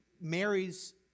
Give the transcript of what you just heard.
marries